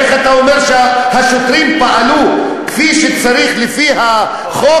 איך אתה אומר שהשוטרים פעלו כפי שצריך לפי החוק,